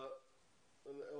ההטבות הן שונות.